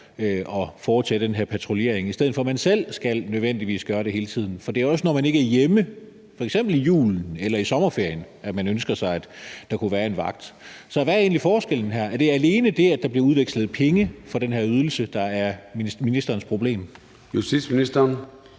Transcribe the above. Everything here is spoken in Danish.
og foretage den her patruljering, i stedet for at man selv nødvendigvis skal gøre det hele tiden. For det er også, når man ikke er hjemme, f.eks. i julen eller i sommerferien, at man ønsker sig, at der kunne være en vagt. Så hvad er egentlig forskellen her? Er det alene det, at der bliver udvekslet penge for den ydelse, der er ministerens problem? Kl.